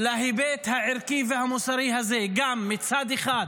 להיבט הערכי והמוסרי הזה, גם מצד אחד